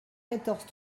quatorze